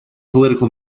political